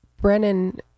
Brennan